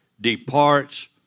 departs